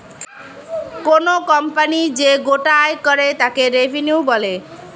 কোনো কোম্পানি যে গোটা আয় করে তাকে রেভিনিউ বলে